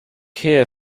here